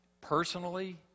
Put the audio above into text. personally